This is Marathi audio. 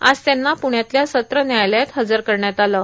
आज त्यांना पुण्यातल्या सत्र न्यायालयात हजर करण्यात येणार आहे